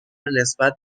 نسبت